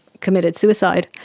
committed suicide.